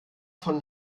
von